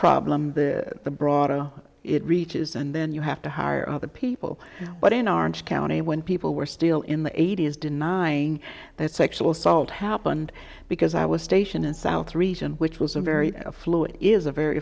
problem the broader it reaches and then you have to hire other people but in our county when people were still in the eighty's denying that sexual assault happened because i was stationed in south region which was a very fluid is a very